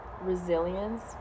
resilience